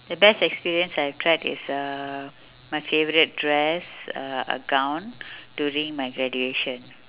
the best experience I tried is uh my favourite dress uh a gown during my graduation